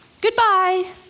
goodbye